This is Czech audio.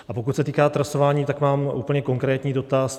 A pokud se týká trasování, mám úplně konkrétní dotaz.